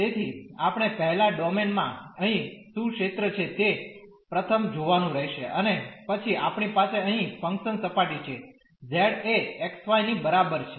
તેથી આપણે પહેલા ડોમેન માં અહીં શું ક્ષેત્ર છે તે પ્રથમ જોવાનું રહેશે અને પછી આપણી પાસે અહીં ફંક્શન સપાટી છે z એ xy ની બરાબર છે